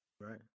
Right